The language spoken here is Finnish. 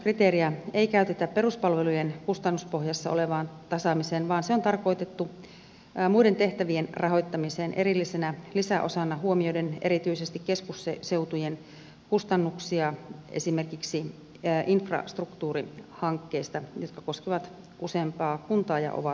työpaikkaomavaraisuuskriteeriä ei käytetä peruspalvelujen kustannuspohjassa olevaan tasaamiseen vaan se on tarkoitettu muiden tehtävien rahoittamiseen erillisenä lisäosana huomioiden erityisesti keskusseutujen kustannuksia esimerkiksi infrastruktuurihankkeista jotka koskevat useampaa kuntaa ja ovat suurehkoja